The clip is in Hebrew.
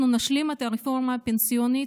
אנחנו נשלים את הרפורמה הפנסיונית.